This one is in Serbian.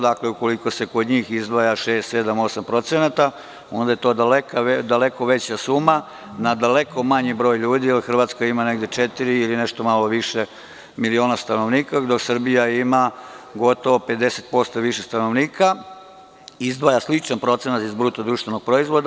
Dakle, ukoliko se kod njih izdvaja 6% do 8%, onda je to daleko veća suma na daleko manji broj ljudi, jer Hrvatska ima četiri ili nešto malo više miliona stanovnika, dok Srbija ima gotovo 50% više stanovnika i izdvala sličan procenat iz BDP.